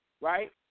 right